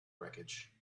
wreckage